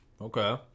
Okay